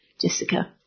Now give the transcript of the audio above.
Jessica